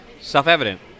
self-evident